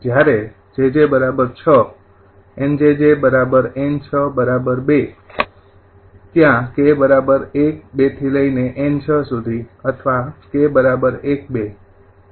જ્યારે 𝑗𝑗 ૬𝑁𝑗𝑗 𝑁૬ ૨ 𝑘૧૨𝑁૬ અથવા 𝑘 ૧૨